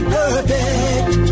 perfect